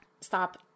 stop